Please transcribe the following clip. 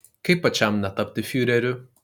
kaip pačiam netapti fiureriu